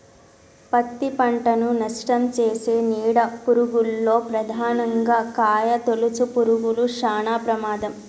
పత్తి పంటను నష్టంచేసే నీడ పురుగుల్లో ప్రధానంగా కాయతొలుచు పురుగులు శానా ప్రమాదం